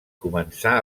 començà